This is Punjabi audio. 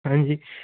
ਹਾਂਜੀ